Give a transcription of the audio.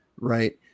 right